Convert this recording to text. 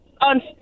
On